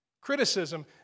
Criticism